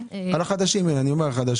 החדשים.